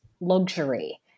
luxury